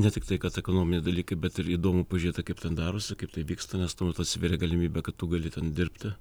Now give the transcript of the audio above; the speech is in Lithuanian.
ne tiktai kad ekonominiai dalykai bet ir įdomu pažiūrėti kaip ten darosi kaip tai vyksta nes tuomet atsiverė galimybė kad tu gali ten dirbti